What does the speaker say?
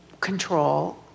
control